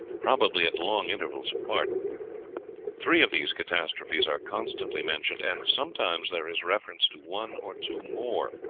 probably at long intervals apart three of these catastrophes are constantly mentioned, and sometimes there is reference to one or two more.